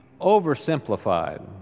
oversimplified